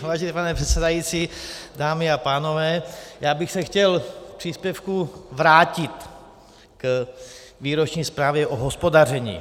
Vážený pane předsedající, dámy a pánové, já bych se chtěl v příspěvku vrátit k výroční zprávě o hospodaření.